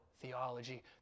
theology